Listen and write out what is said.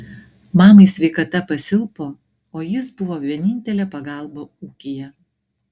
mamai sveikata pasilpo o jis buvo vienintelė pagalba ūkyje